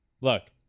look